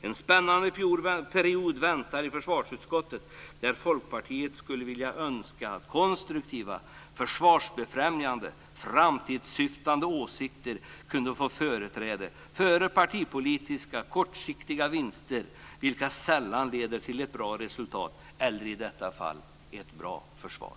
En spännande period väntar i försvarsutskottet, där Folkpartiet skulle önska att konstruktiva, försvarsbefrämjande och framåtsiktande åsikter kunde få företräde framför kortsiktiga partipolitiska vinster, vilka sällan leder till ett bra resultat, i detta fall ett bra försvar.